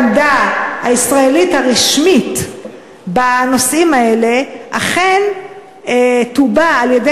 שהעמדה הישראלית הרשמית בנושאים האלה אכן תובע על-ידי